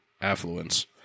affluence